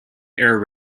air